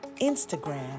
Instagram